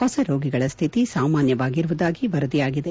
ಹೊಸ ರೋಗಿಗಳ ಸ್ಹಿತಿ ಸಾಮಾನ್ಣವಾಗಿರುವುದಾಗಿ ವರದಿಯಾಗಿದೆ